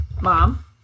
Mom